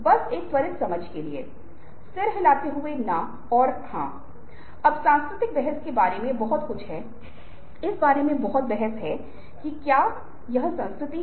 लेकिन अगर आप किसी को सलाह देने के बारे में बात कर रहे हैं या आप किसी को सलाह दे रहे हैं कि यह क्या है तो क्या यह किसी अर्थ में अनुनय नहीं है